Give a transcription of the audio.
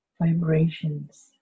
vibrations